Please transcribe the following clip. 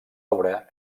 obra